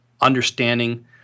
understanding